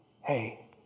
Hey